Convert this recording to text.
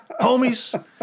homies